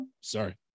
sorry